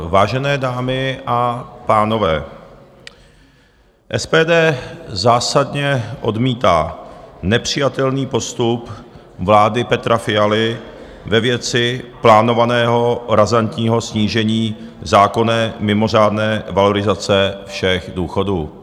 Vážené dámy a pánové, SPD zásadně odmítá nepřijatelný postup vlády Petra Fialy ve věci plánovaného razantního snížení zákonné mimořádné valorizace všech důchodů.